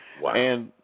Wow